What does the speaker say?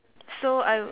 so I would